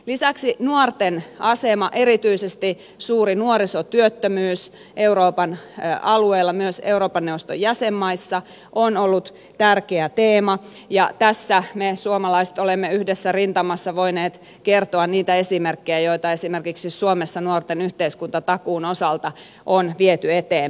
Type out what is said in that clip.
lisäksi nuorten asema erityisesti suuri nuorisotyöttömyys euroopan alueella myös euroopan neuvoston jäsenmaissa on ollut tärkeä teema ja tässä me suomalaiset olemme yhdessä rintamassa voineet kertoa niitä esimerkkejä joita esimerkiksi suomessa nuorten yhteiskuntatakuun osalta on viety eteenpäin